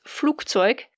Flugzeug